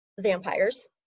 vampires